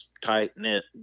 tight-knit